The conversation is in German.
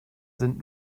sind